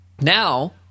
Now